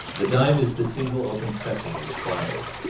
the dime is the single open-sesame required.